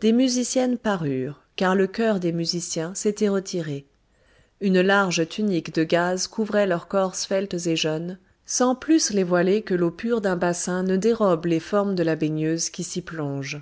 des musiciennes parurent car le chœur des musiciens s'était retiré une large tunique de gaze couvrait leurs corps sveltes et jeunes sans plus les voiler que l'eau pure d'un bassin ne dérobe les formes de la baigneuse qui s'y plonge